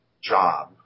job